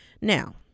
Now